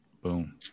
Boom